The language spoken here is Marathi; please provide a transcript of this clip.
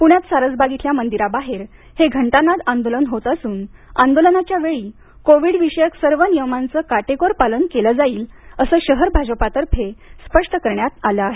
पुण्यात सारसबाग इथल्या मंदिराबाहेर हे घंटानाद आंदोलन होत असून आंदोलनाच्या वेळी कोविड विषयक सर्व नियमांचं काटेकोर पालन केलं जाईल असं शहर भाजपातर्फे स्पष्ट करण्यात आलं आहे